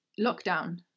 lockdown